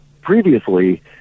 previously